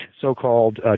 so-called